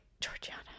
Georgiana